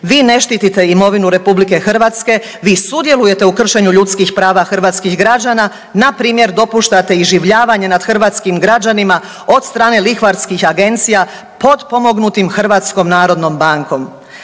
Vi ne štitite imovinu RH, vi sudjelujete u kršenju ljudskih prava hrvatskih građana, npr. dopuštate iživljavanje nad hrvatskim građanima od strane lihvarskih agencija potpomognuti HNB-om. Nitko vam